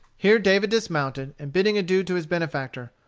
here david dismounted, and bidding adieu to his benefactor,